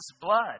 blood